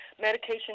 medication